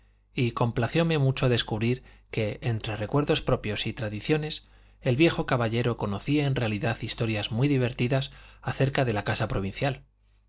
y complacióme mucho descubrir que entre recuerdos propios y tradiciones el viejo caballero conocía en realidad historias muy divertidas acerca de la casa provincial